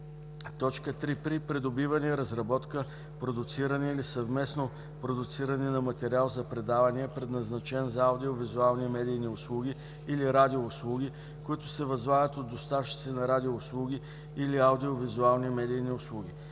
3. при придобиване, разработка, продуциране или съвместно продуциране на материал за предавания, предназначен за аудио-визуални медийни услуги или радиоуслуги, които се възлагат от доставчици на радиоуслуги или аудио-визуални медийни услуги;